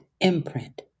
imprint